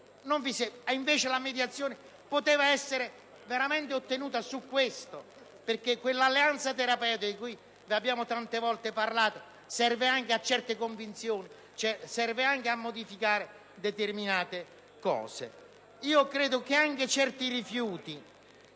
Invece, la mediazione poteva essere veramente ottenuta su questo aspetto, perché quell'alleanza terapeutica di cui vi abbiamo tante volte parlato serve anche a certe convinzioni e a modificare determinate cose. Vi erano anche emendamenti